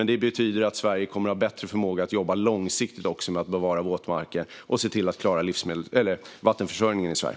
Det betyder att Sverige kommer att ha bättre förmåga att jobba långsiktigt med att bevara våtmarker och se till att klara vattenförsörjningen i Sverige.